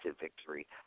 victory